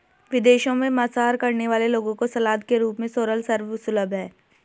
विदेशों में मांसाहार करने वाले लोगों को सलाद के रूप में सोरल सर्व सुलभ है